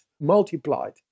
multiplied